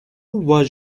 was